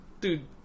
dude